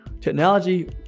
Technology